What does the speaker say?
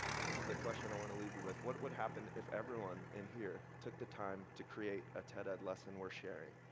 and this is the question i want to leave you with, what would happen if everyone in here took the time to create a ted-ed lesson worth sharing?